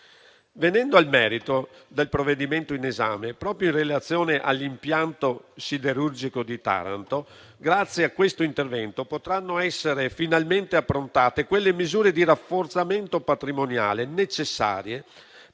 Venendo al merito del provvedimento in esame e proprio in relazione all'impianto siderurgico di Taranto, grazie a questo intervento potranno essere finalmente approntate le misure di rafforzamento patrimoniale necessarie